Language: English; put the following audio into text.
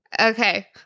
Okay